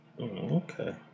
Okay